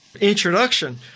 introduction